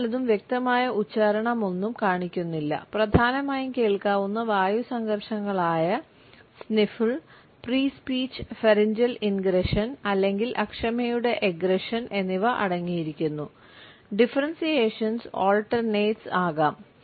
മറ്റു പലതും വ്യക്തമായ ഉച്ചാരണമൊന്നും കാണിക്കുന്നില്ല പ്രധാനമായും കേൾക്കാവുന്ന വായു സംഘർഷങ്ങളായ സ്നിഫിൾ ആകാം